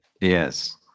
Yes